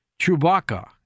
Chewbacca